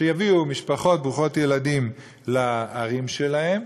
שיביא משפחות ברוכות ילדים לערים שלהם,